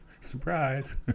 Surprise